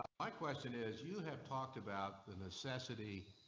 my question is you have talked about the necessity.